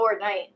Fortnite